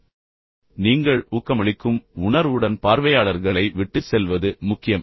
நீங்கள் உந்துதலுடன் இருப்பீர்கள் எனவே நீங்கள் ஊக்கமளிக்கும் உணர்வுடன் பார்வையாளர்களை விட்டுச் செல்வது முக்கியம்